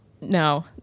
No